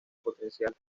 potencial